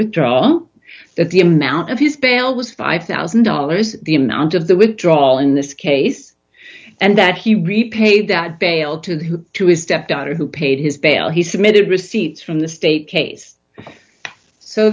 withdrawal of the amount of his bail was five thousand dollars the amount of the withdrawal in this case and that he repaid that bail to who to his stepdaughter who paid his bail he submitted receipts from the state case so